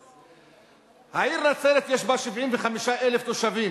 העיר נצרת, יש בה 75,000 תושבים,